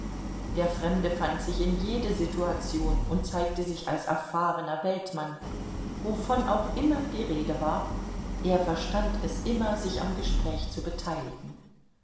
der fremde fand sich in jede situation und zeigte sich als erfahrener weltmann wovon auch die rede war er verstand es immer sich am gespräch zu beteiligen